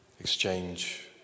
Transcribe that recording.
Exchange